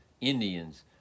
Indians